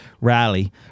Rally